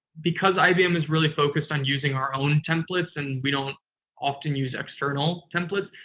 because ibm is really focused on using our own templates, and we don't often use external templates,